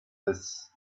this